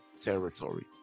territory